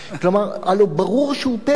כלומר, הרי ברור שהוא פלא: